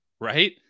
right